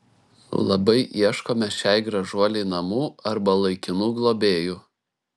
labai ieškome šiai gražuolei namų arba laikinų globėjų